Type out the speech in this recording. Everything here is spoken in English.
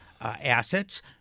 assets